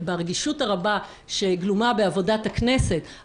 בחוות דעתו מאתמול,